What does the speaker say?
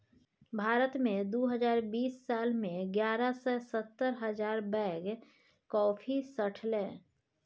भारत मे दु हजार बीस साल मे एगारह सय सत्तर हजार बैग कॉफी सठलै